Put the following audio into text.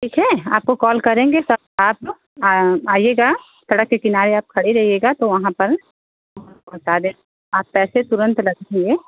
ठीक है आपको कॉल करेंगे तब आप आ आइएगा सड़क के किनारे आप खड़े रहिएगा तो वहाँ पर पहुँचा देंगे आप पैसे तुरन्त रखिए